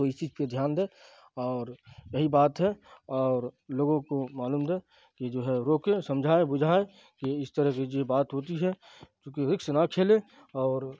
تو اس چیز پہ دھیان دیں اور یہی بات ہے اور لوگوں کو معلوم دیں کہ جو ہے روکیں سمجھائیں بجھائیں کہ اس طرح کی یہ بات ہوتی ہے چونکہ رکس نہ کھیلیں اور